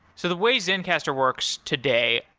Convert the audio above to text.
so the way zencastr works today,